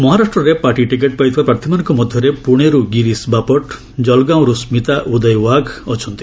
ମହାରାଷ୍ଟ୍ରରେ party ticket ପାଇଥିବା ପ୍ରାର୍ଥୀମାନଙ୍କ ମଧ୍ୟରେ ପୁଣେରୁ ଗିରୀଶ ବାପଟ୍ ଜଳ୍ଗାଓଁରୁ ସ୍କିତା ଉଦୟ ୱାଘ୍ ଅଛନ୍ତି